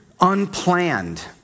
unplanned